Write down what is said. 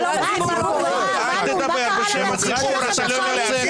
הוא חושב שכל הציבור מטומטם ------ מה קרה לנציג שלכם בקואליציה?